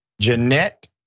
Jeanette